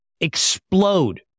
explode